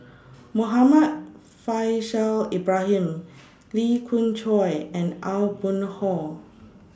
Muhammad Faishal Ibrahim Lee Khoon Choy and Aw Boon Haw